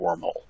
wormhole